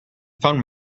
found